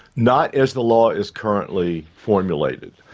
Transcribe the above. not as the law is currently formulated.